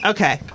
Okay